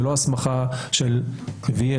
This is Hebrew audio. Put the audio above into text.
זו לא הסמכה של וי,